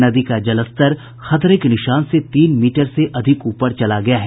नदी का जलस्तर खतरे के निशान से तीन मीटर से अधिक ऊपर चला गया है